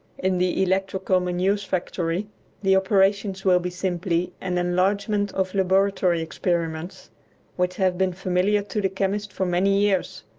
in the electrical manures-factory the operations will be simply an enlargement of laboratory experiments which have been familiar to the chemist for many years.